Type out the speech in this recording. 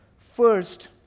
First